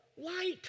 light